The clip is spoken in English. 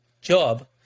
job